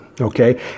Okay